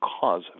cause